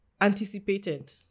anticipated